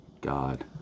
God